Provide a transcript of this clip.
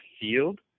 field